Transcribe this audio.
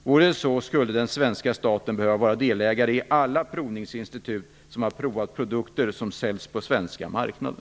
Vore det så skulle den svenska staten behöva vara delägare i alla provningsinstitut som har provat produkter som säljs på den svenska marknaden.